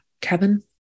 Kevin